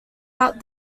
out